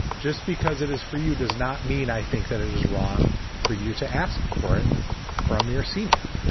just because it is for you does not mean, i think that it it is wrong for you to ask for it from your senior.